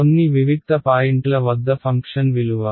కొన్ని వివిక్త పాయింట్ల వద్ద ఫంక్షన్ విలువ